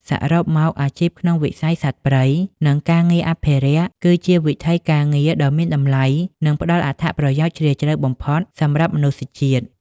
សរុបមក អាជីពក្នុងវិស័យសត្វព្រៃ និងការងារអភិរក្ស គឺជាវិថីការងារដ៏មានតម្លៃ និងផ្តល់អត្ថន័យជ្រាលជ្រៅបំផុតសម្រាប់មនុស្សជាតិ។